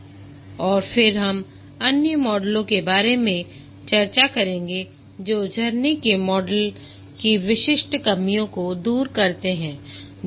और फिर हम अन्य मॉडलों के बारे में चर्चा करेंगे जो झरने के मॉडल की विशिष्ट कमियों को दूर करते हैं